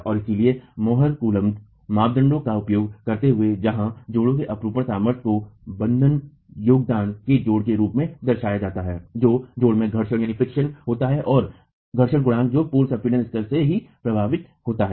और इसलिए Mohr Coulomb मानदंड का उपयोग करते हुए जहां जोड़ों की अपरूपण सामर्थ्य को बंधन योगदान के जोड़ के रूप में दर्शाया जाता है जो जोड़ों में घर्षण होता है और घर्षण गुणांक जो पूर्व संपीड़न स्तर से ही प्रभावित होता है